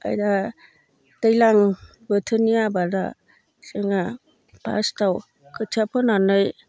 आरो दा दैज्लां बोथोरनि आबादा जोंहा फार्स्तआव खोथिया फोनानै